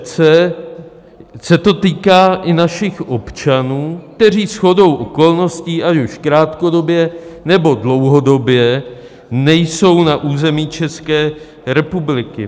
Přece se to týká i našich občanů, kteří shodou okolností, ať už krátkodobě, nebo dlouhodobě nejsou na území České republiky.